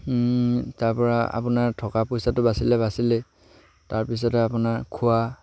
তাৰ পৰা আপোনাৰ থকা পইচাটো বাচিলে বাচিলেই তাৰপিছতে আপোনাৰ খোৱা